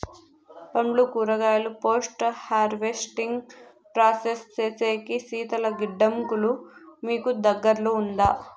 పండ్లు కూరగాయలు post harvesting process సేసేకి శీతల గిడ్డంగులు మీకు దగ్గర్లో ఉందా?